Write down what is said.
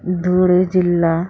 धुळे जिल्हा